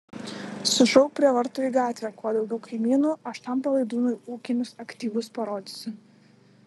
sušauk prie vartų į gatvę kuo daugiau kaimynų aš tam palaidūnui ūkinius aktyvus parodysiu